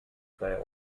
bei